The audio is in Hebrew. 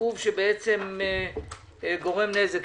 עיכוב שבעצם גורם נזק.